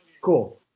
cool